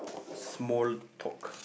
small talk